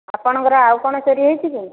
ଆପଣଙ୍କର ଆଉ କ'ଣ ଚୋରି ହୋଇଛି କି